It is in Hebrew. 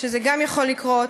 שזה גם יכול לקרות,